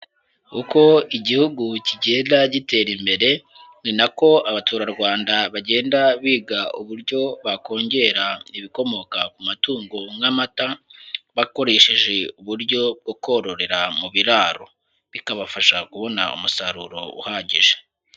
Uko igihugu kigenda gitera imbere, ni nako Abaturarwanda bagenda biga uburyo bakongera ibikomoka ku matungo nk'amata bakoresheje uburyo bwo kororera mu biraro. Bikabafasha kubona umusaruro uhagije.